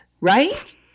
Right